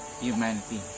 humanity